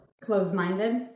Closed-minded